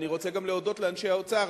אני רוצה גם להודות לאנשי האוצר,